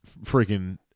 Freaking